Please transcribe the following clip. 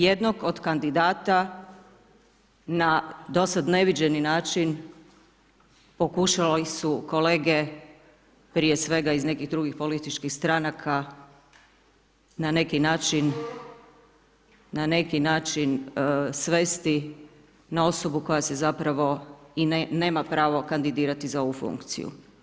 Jednog od kandidata na dosad neviđeni način pokušali su kolege, prije svega iz nekih drugim političkih stranaka, na neki način svesti na osobu koja se zapravo, i nema pravo kandidirati za ovu funkciju.